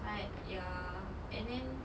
but ya and then